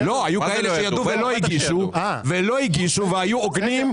היו כאלה שידעו ולא הגישו והיו הוגנים,